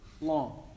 long